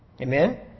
Amen